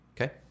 Okay